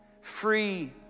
free